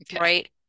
right